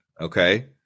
Okay